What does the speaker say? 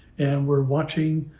and we're watching,